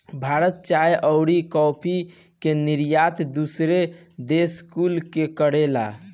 भारत चाय अउरी काफी के निर्यात दूसरी देश कुल के करेला